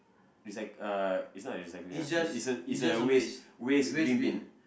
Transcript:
it's like uh it's not a recycling ah it's it's a it's a waste waste green bin